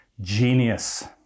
genius